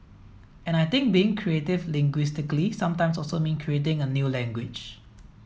and I think being creative linguistically sometimes also mean creating a new language